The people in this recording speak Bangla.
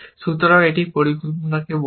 সুতরাং এটি পরিকল্পনাকে বোঝায়